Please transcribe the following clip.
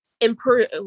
improve